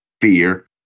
fear